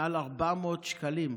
מעל 400 שקלים.